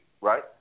right